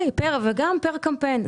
נכון, אבל גם פר-קמפיין.